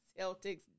Celtics